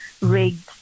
rigged